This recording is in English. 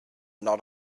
not